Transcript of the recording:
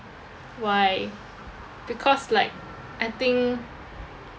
why because like I think